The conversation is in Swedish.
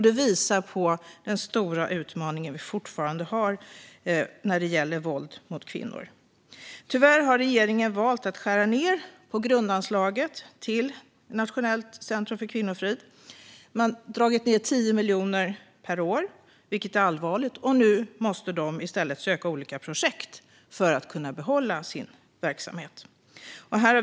Det visar på den stora utmaning som vi fortfarande har när det gäller våld mot kvinnor. Tyvärr har regeringen valt att skära ned på grundanslaget till Nationellt centrum för kvinnofrid med 10 miljoner kronor per år, vilket är allvarligt. Nu måste de i stället söka olika projektmedel för att kunna behålla sin verksamhet.